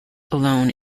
alone